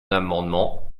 amendement